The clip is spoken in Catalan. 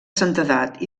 santedat